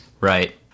right